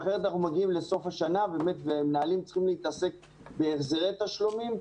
אחרת אנחנו מגיעים לסוף שנה ומנהלים צריכים להתעסק עם החזרי תשלומים.